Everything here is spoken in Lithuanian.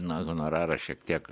na honorarą šiek tiek